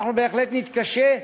אנחנו בהחלט נתקשה.